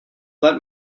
let